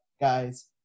guys